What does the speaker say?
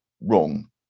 wrong